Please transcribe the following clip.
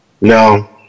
No